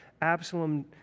Absalom